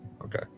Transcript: Okay